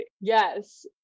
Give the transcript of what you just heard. Yes